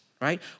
right